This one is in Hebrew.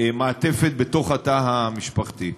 מעטפת בתוך התא המשפחתי.